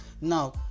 now